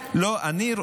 כהצעה לסדר-היום.